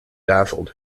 dazzled